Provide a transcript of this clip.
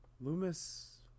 Loomis